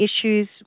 issues